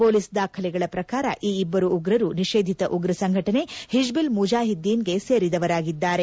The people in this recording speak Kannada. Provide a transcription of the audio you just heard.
ಮೊಲೀಸ್ ದಾಖಲೆಗಳ ಪ್ರಕಾರ ಈ ಇಬ್ಬರು ಉಗ್ರರು ನಿಷೇಧಿತ ಉಗ್ರ ಸಂಘಟನೆ ಹಿಜ್ವುಲ್ ಮುಜಾಹಿದ್ದೀನ್ಗೆ ಸೇರಿದವರಾಗಿದ್ದಾರೆ